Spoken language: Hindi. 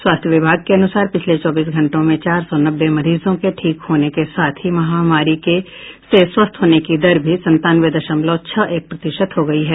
स्वास्थ्य विभाग के अनुसार पिछले चौबीस घंटों में चार सौ नब्बे मरीजों के ठीक होने के साथ ही महामारी से स्वस्थ होने की दर भी संतानवे दशमलव छह एक प्रतिशत हो गई है